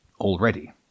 already